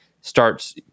starts